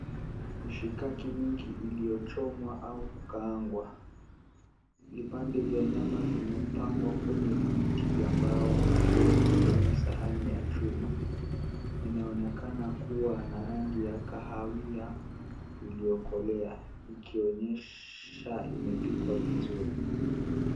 Mishikaki mingi iliyochomwa au kukaangwa, vipande vya nyama vimepangwa kwenye vijiti vya mbao na kuwekwa kwenye sahani ya chuma, vinaonekana kuwa na rangi ya kahawia iliyokolea ikionyesha imepikwa vizuri.